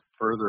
further